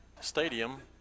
Stadium